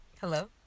Hello